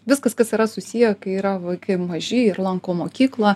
viskas kas yra susiję kai yra vaikai maži ir lanko mokyklą